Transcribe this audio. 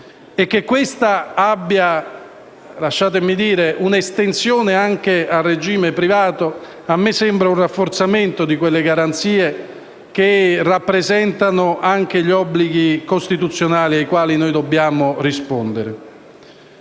poi questa abbia - lasciatemi dire - un'estensione anche al regime privato a me sembra un rafforzamento di quelle garanzie che rappresentano anche gli obblighi costituzionali ai quali noi dobbiamo rispondere.